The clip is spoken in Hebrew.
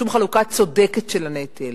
שום חלוקה צודקת של הנטל.